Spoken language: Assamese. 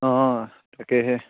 অঁ তাকেহে